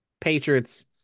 Patriots